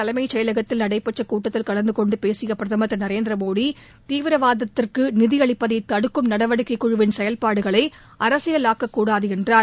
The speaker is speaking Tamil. தலைமையகத்தில் நடைபெற்ற கூட்டத்தில் கலந்துகொண்டு பேசிய பிரதமர் திரு நரேந்திர மோடி தீவிரவாதத்திற்கு நிதியளிப்பதை தடுக்கும் நடவடிக்கை குழுவின் செயல்பாடுகளை அரசியல் ஆக்கக்கூடாது என்றார்